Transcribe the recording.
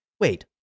wait